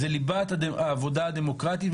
זה ליבת העבודה הדמוקרטית,